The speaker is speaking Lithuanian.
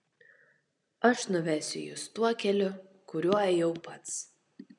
aš nuvesiu jus tuo keliu kuriuo ėjau pats